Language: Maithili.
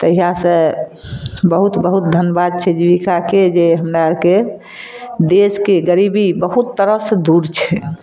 तहिआँसँ बहुत बहुत धन्यबाद छै जीबिकाके जे हमरा आरके देशके गरीबी बहुत तरह से दूर छै